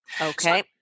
Okay